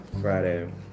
Friday